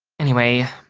anyway,